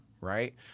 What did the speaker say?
right